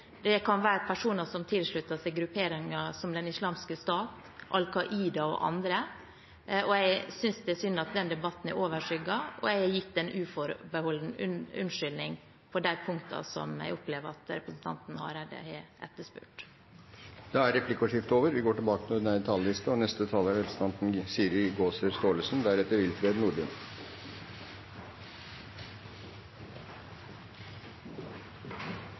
Det kan være personer som har sluttet seg til grupperinger som Den islamske stat, Al Qaida og andre. Jeg synes det er synd at denne debatten er overskygget, og jeg har gitt en uforbeholden unnskyldning på de punktene som jeg opplever at representanten Hareide etterspør. Replikkordskiftet er omme. Lovforslaget kommunalkomiteen har hatt til behandling, handler om bekjempelse av radikalisering, voldelig ekstremisme og kriterier for tap av statsborgerskap. Det er